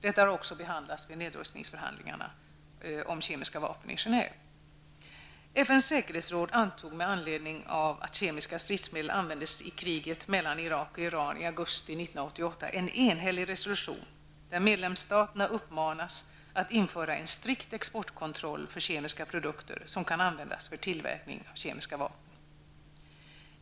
Detta har också behandlats vid nedrustningsförhandlingarna om kemiska vapen i FNs säkerhetsråd antog med anledning av att kemiska stridsmedel användes i kriget mellan Irak och Iran i augusti 1988 en enhällig resolution, där medlemsstaterna uppmanas att införa en strikt exportkontroll för kemiska produkter, som kan användas för tillverkning av kemiska vapen.